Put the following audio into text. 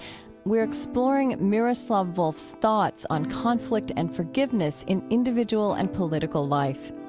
we're exploring miroslav volf's thoughts on conflict and forgiveness in individual and political life.